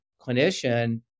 clinician